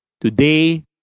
Today